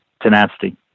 tenacity